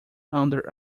under